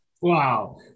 Wow